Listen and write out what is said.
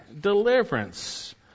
deliverance